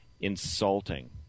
insulting